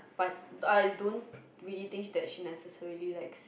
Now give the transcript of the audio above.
but I don't really think that she necessarily likes it